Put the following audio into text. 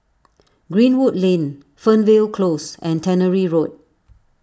Greenwood Lane Fernvale Close and Tannery Road